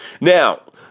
Now